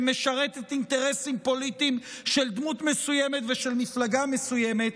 שמשרתת אינטרסים פוליטיים של דמות מסוימת ושל מפלגה מסוימת,